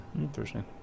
interesting